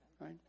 right